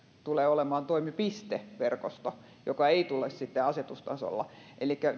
tulee olemaan toimipisteverkosto joka ei tule sitten asetustasolla elikkä